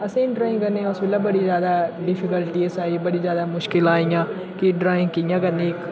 असें ड्राइंग करना उस बैल्ले बड़े डिफिकल्टीस आई बड़ी जादा मुश्किल आई इयां कि ड्राइंग कि'यां करनी